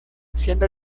siendo